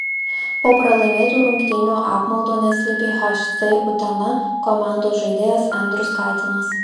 po pralaimėtų rungtynių apmaudo neslėpė hc utena komandos žaidėjas andrius katinas